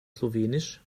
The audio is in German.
slowenisch